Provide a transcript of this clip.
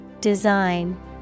Design